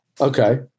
Okay